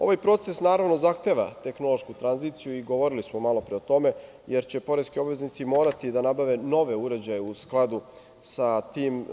Ovaj proces naravno zahteva tehnološku tranziciju i govorili smo malopre o tome, jer će poreski obveznici morati da nabave nove uređaje u skladu sa tim.